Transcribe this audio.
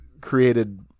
created